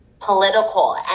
political